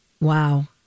Wow